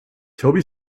toby